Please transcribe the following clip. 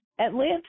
Atlanta